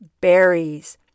berries